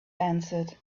answered